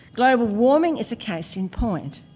global warming is a case in point.